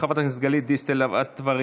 חברת הכנסת גלית דיסטל אטבריאן,